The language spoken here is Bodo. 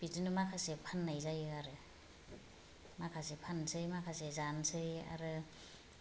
बिदिनो माखासे फाननाय जायो आरो माखासे फाननोसै माखासे जानोसै आरो